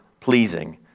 pleasing